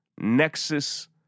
nexus